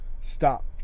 stop